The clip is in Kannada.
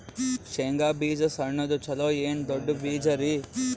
ಶೇಂಗಾ ಬೀಜ ಸಣ್ಣದು ಚಲೋ ಏನ್ ದೊಡ್ಡ ಬೀಜರಿ?